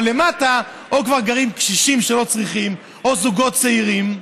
אבל למטה או שכבר גרים קשישים שלא צריכים או זוגות צעירים.